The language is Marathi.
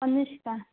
अनुष्का